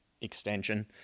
extension